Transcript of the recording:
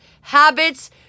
habits